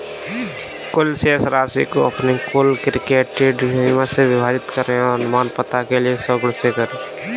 कुल शेष राशि को अपनी कुल क्रेडिट सीमा से विभाजित करें और अनुपात के लिए सौ से गुणा करें